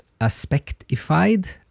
Aspectified